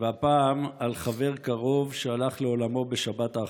והפעם על חבר קרוב שהלך לעולמו בשבת האחרונה.